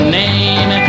name